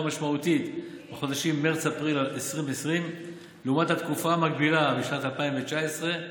משמעותית בחודשים מרץ-אפריל 2020 לעומת התקופה המקבילה בשנת 2019,